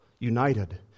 united